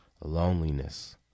loneliness